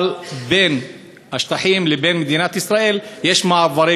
אבל בין השטחים לבין מדינת ישראל יש מעברי